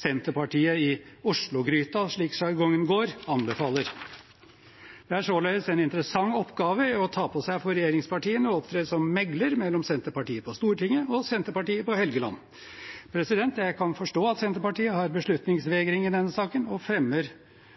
Senterpartiet i Oslo-gryta – slik sjargongen går – anbefaler. Det er således en interessant oppgave å ta på seg for regjeringspartiene å opptre som mekler mellom Senterpartiet på Stortinget og Senterpartiet på Helgeland. Jeg kan forstå at Senterpartiet har